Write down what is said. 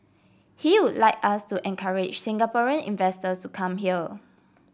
he would like us to encourage Singaporean investors to come here